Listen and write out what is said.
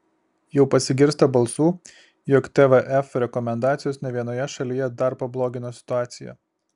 jau pasigirsta balsų jog tvf rekomendacijos ne vienoje šalyje dar pablogino situaciją